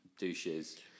douches